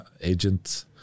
agent